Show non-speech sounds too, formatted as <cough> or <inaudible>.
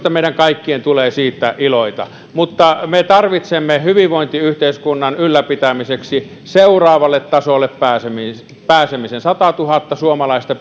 meidän kaikkien tulee siitä iloita mutta me tarvitsemme hyvinvointiyhteiskunnan ylläpitämiseksi seuraavalle tasolle pääsemisen pääsemisen satatuhatta suomalaista <unintelligible>